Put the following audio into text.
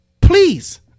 Please